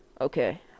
Okay